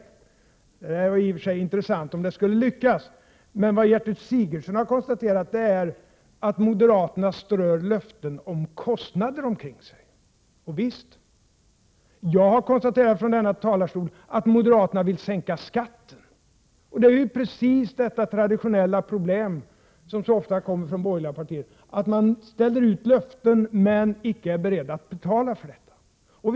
Det vore i och för sig intressant om det skulle lyckas, men vad Gertrud Sigurdsen har konstaterat är att moderaterna strör löften om kostnader omkring sig. Jag har konstaterat från denna talarstol att moderaterna vill sänka skatten. Det är ju precis det traditionella problem som så ofta kommer från borgerligt håll, att man ställer ut löften men icke är beredd att betala för dem.